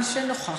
לפרוטוקול.